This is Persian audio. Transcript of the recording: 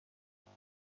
دکمه